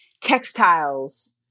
textiles